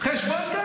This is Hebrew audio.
חשבון גז.